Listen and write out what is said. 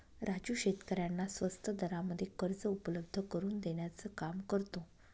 राजू शेतकऱ्यांना स्वस्त दरामध्ये कर्ज उपलब्ध करून देण्याचं काम करतो